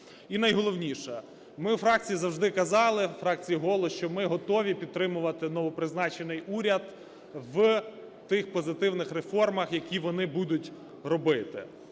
І найголовніше. Ми у фракції завжди казали, у фракції "Голос", що ми готові підтримувати новопризначений уряд в тих позитивних реформах, які вони будуть робити.